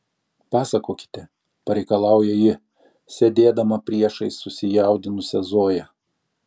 pasakokite pareikalauja ji sėdėdama priešais susijaudinusią zoją